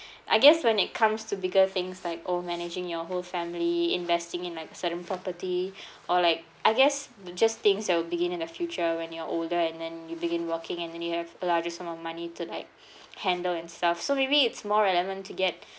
I guess when it comes to bigger things like or managing your whole family investing in like certain property or like I guess just things that will begin in the future when you're older and then you begin working and then you have a larger sum of money to like handle and stuff so maybe it's more relevant to get